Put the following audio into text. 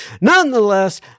Nonetheless